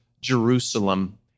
Jerusalem